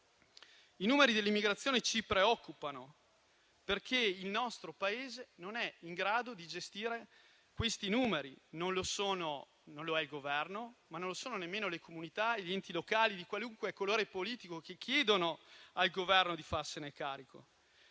I numeri dell'immigrazione ci preoccupano perché il nostro Paese non è in grado di gestire questi numeri, non lo è il Governo, ma non lo sono nemmeno le comunità e gli enti locali di qualunque colore politico, che chiedono al Governo di farsene carico.